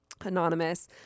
Anonymous